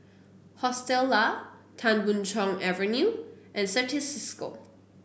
Hostel Lah Tan Boon Chong Avenue and Certis Cisco